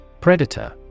Predator